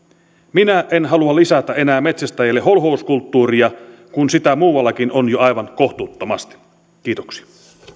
minä en halua lisätä enää metsästäjille holhouskulttuuria kun sitä muuallakin on jo aivan kohtuuttomasti kiitoksia